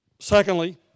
Secondly